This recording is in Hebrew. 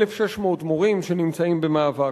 1,600 מורים שנמצאים במאבק.